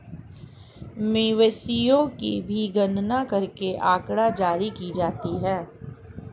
मवेशियों की भी गणना करके आँकड़ा जारी की जाती है